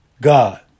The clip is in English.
God